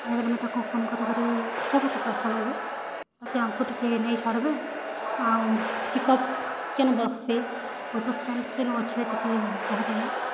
କାଏଁଯେ ବଲେ ମୁଇଁ ତାଙ୍କୁ ଫୋନ୍ କରିକରି ସେ ପଛେ ପଇସା ନେବେ ବାକି ଆମକୁ ଟିକେ ନେଇ ଛାଡ଼ବେ ଆଉ ପିକଅପ୍ କେନୁ ବସସି ଅଟୋ ଷ୍ଣ୍ଟାଣ୍ଡ କେନୁ ଅଛେ ଟିକେ କହୁଁତ୍ ଆଜ୍ଞା